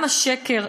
גם השקר,